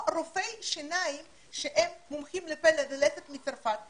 או רופאי שיניים שהם מומחים לפה ולסת מצרפת,